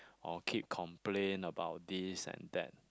or keep complain about this and that